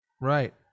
Right